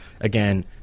Again